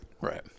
Right